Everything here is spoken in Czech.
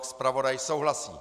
Zpravodaj souhlasí.